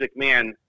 McMahon